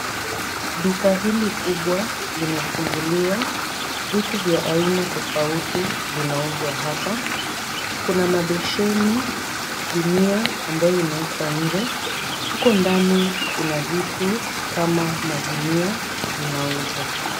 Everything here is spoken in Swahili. Duka hili kubwa limefunguliwa. Vitu vya aina tofauti vinauzwa hapa. Kuna mabesheni, gunia ambayo imewekwa nje, huko ndani kuna vitu kama magunia, zinauzwa.